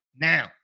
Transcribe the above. now